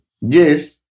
Yes